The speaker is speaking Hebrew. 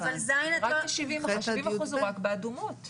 70% הוא רק באדומות.